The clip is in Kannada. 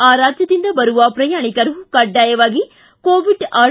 ಆ ರಾಜ್ಯದಿಂದ ಬರುವ ಪ್ರಯಾಣಿಕರು ಕಡ್ಡಾಯವಾಗಿ ಕೋವಿಡ್ ಆರ್